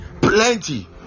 Plenty